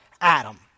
Adam